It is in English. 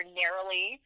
narrowly